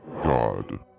god